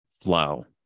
flow